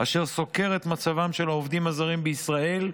אשר סוקר את מצבם של העובדים הזרים בישראל,